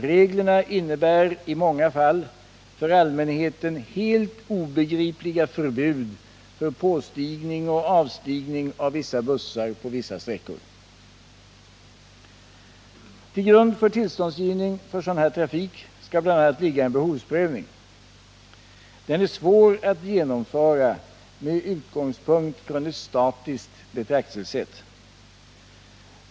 Reglerna innebär i många fall för allmänheten helt obegripliga förbud mot påstigning och avstigning av vissa bussar på vissa sträckor. Till grund för tillståndsgivning för sådan här trafik skall bl.a. ligga en behovsprövning. Den är svår att genomföra med utgångspunkt i ett statiskt betraktelsesätt.